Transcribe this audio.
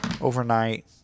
overnight